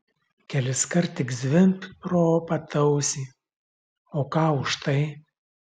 keliskart tik zvimbt pro pat ausį o ką už tai